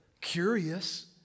Curious